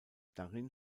darin